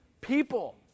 people